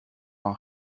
een